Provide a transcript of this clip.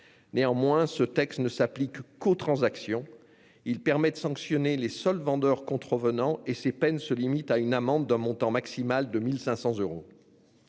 Néanmoins, ce texte ne s'applique qu'aux transactions : il permet de sanctionner les seuls vendeurs contrevenants d'une amende d'un montant maximal de 1 500 euros.